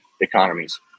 economies